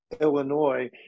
Illinois